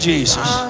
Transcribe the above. Jesus